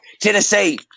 Tennessee